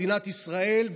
מדינת ישראל,